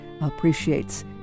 appreciates